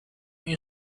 you